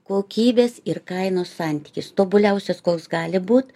kokybės ir kainos santykis tobuliausias koks gali būt